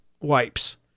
wipes